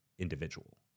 individual